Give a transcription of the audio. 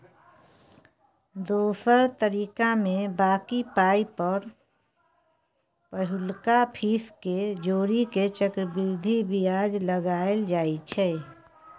दोसर तरीकामे बॉकी पाइ पर पहिलुका फीस केँ जोड़ि केँ चक्रबृद्धि बियाज लगाएल जाइ छै